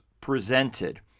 presented